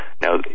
Now